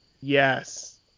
Yes